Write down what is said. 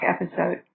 episode